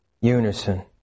unison